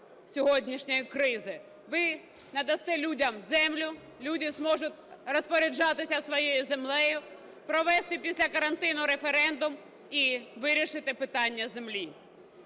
сьогоднішньої кризи. Ви надасте людям землю, люди зможуть розпоряджатись своєю землею, провести після карантину референдум і вирішити питання землі.